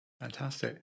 Fantastic